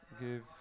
Give